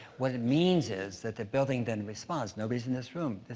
what it means is that the building then responds. nobody's in this room,